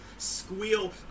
Squeal